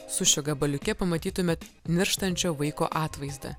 sušio gabaliuke pamatytumėt mirštančio vaiko atvaizdą